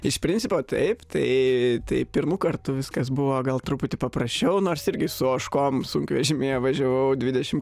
iš principo taip tai tai pirmu kartu viskas buvo gal truputį paprasčiau nors irgi su ožkom sunkvežimyje važiavau dvidešimt